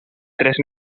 tres